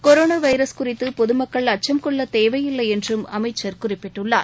corona virus குறித்து பொது மக்கள் அச்சம் கொள்ளத் தேவையில்லை என்றும் அமைச்சர் குறிப்பிட்டுள்ளார்